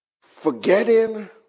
Forgetting